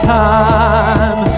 time